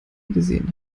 gesehen